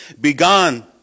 Begone